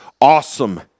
awesome